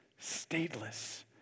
stateless